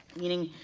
meaning,